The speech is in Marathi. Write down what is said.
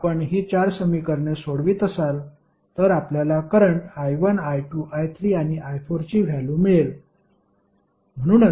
जर आपण ही चार समीकरणे सोडवित असाल तर आपल्याला करंट i1 i2 i3 आणि i4 ची व्हॅल्यु मिळेल